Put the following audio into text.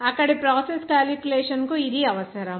అక్కడి process calculation కు ఇది అవసరం